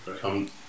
come